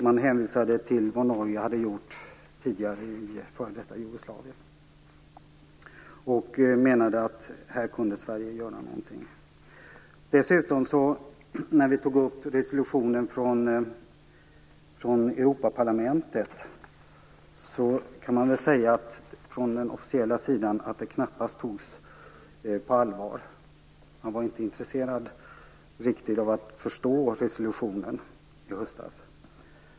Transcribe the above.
Man hänvisade till vad Norge hade gjort tidigare i f.d. Jugoslavien och menade att Sverige kunde göra någonting. Vi tog upp resolutionen från Europaparlamentet. Den togs knappast på allvar från den officiella sidan. Man var inte riktigt intresserad av att förstå resolutionen i höstas.